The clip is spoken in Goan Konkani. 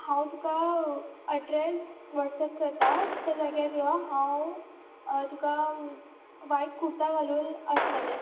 हांव तुका अड्रेस वॉट्सेप करतां ते जाग्यार यो हांव तुका वायट कुर्ता घालून आसतलें